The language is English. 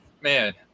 man